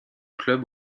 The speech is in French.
club